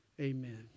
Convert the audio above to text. Amen